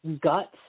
gut